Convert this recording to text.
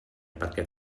perquè